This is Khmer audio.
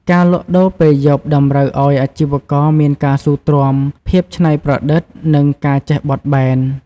ការលក់ដូរពេលយប់តម្រូវឱ្យអាជីវករមានការស៊ូទ្រាំ ភាពច្នៃប្រឌិត និងការចេះបត់បែន។